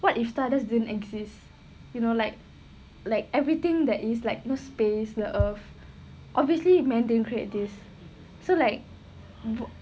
what if stardust didn't exist you know like like everything that is like no space the earth obviously man didn't create this so like